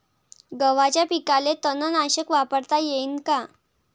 गव्हाच्या पिकाले तननाशक वापरता येईन का?